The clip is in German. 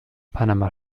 panama